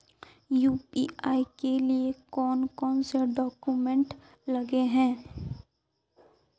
UPI के लिए कौन कौन से डॉक्यूमेंट लगे है?